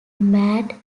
mad